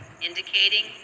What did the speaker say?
indicating